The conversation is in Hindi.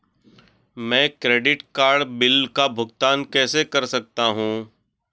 मैं क्रेडिट कार्ड बिल का भुगतान कैसे कर सकता हूं?